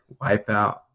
Wipeout